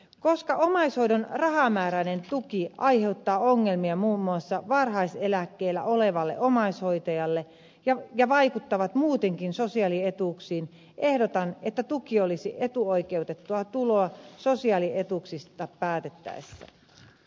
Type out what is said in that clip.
koska omaishoidon rahamääräinen tuki aiheuttaa ongelmia muun muassa varhaiseläkkeellä olevalle omaishoitajalle ja vaikuttaa muutenkin sosiaalietuuksiin ehdotan että tuki olisi etuoikeutettua tuloa sosiaalietuuksista päätettäessä